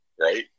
Right